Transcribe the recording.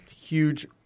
huge